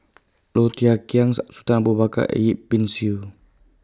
Low Thia Khiang Sultan Abu Bakar Yip Pin Xiu